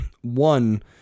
One